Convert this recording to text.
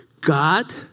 God